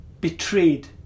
betrayed